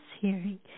hearing